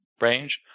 range